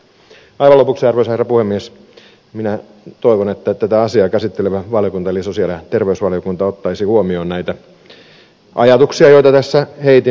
aivan lopuksi arvoisa herra puhemies minä toivon että tätä asiaa käsittelevä valiokunta eli sosiaali ja terveysvaliokunta ottaisi huomioon näitä ajatuksia joita tässä heitin